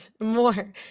more